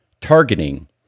targeting